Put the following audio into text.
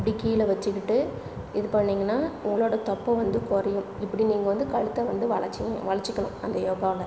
இப்படி கீழே வச்சிக்கிட்டு இது பண்ணீங்கன்னால் உங்களோட தொப்பை வந்து குறையும் இப்படி நீங்கள் வந்து கழுத்தை வந்து வளைச்சி வளைச்சிக்கணும் அந்த யோகாவில்